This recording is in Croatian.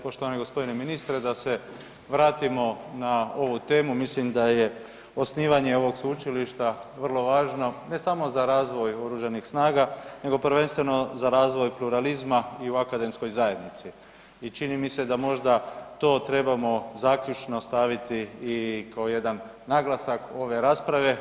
Poštovani g. ministre, da se vratimo na ovu temu, mislim da je osnivanje ovog sveučilišta vrlo važno ne samo za razvoj oružanih snaga, nego prvenstveno za razvoj pluralizma i u akademskoj zajednici i čini mi se da možda to trebamo zaključno staviti i kao jedan naglasak ove rasprave.